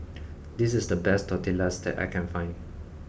this is the best Tortillas that I can find